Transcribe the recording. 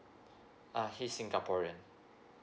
uh he singaporean